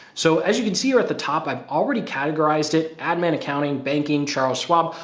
so, as you can see are at the top, i've already categorized it. admin accounting banking, charles swab.